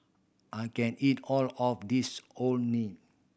I can't eat all of this Orh Nee